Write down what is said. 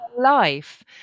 life